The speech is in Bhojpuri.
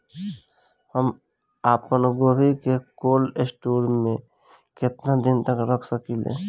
हम आपनगोभि के कोल्ड स्टोरेजऽ में केतना दिन तक रख सकिले?